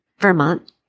Vermont